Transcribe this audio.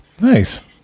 Nice